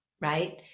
right